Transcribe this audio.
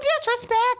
disrespect